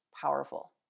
powerful